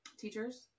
teachers